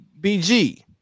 BG